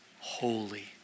holy